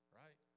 right